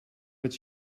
its